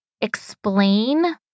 explain